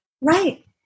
Right